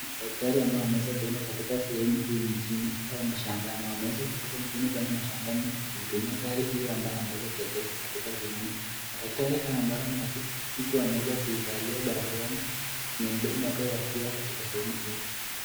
Daktari ambaye ameweza kuenda katika sehemu hii mjini au mashambani. Wameweza kutoka mjini kuenda mashambani kutumia gari hii ambayo wameweza kuegesha katika sehemu hii. Daktari hawa ambao ni wa kike ameweza kuivalia barakoa chini ya mdomo wake wakiwa katika sehemu hii.